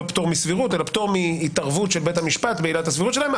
לא פטור מסבירות אלא פטור מהתערבות של בית המשפט בעילת הסבירות שלהם.